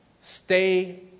Stay